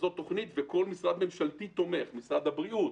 וכל משרד ממשלתי תומך משרד הבריאות,